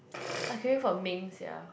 I craving for mengs sia